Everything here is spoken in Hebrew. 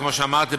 כמו שאמרתי,